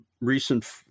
recent